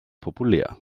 populär